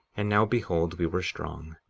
and now behold, we were strong,